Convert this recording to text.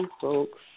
folks